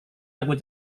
aku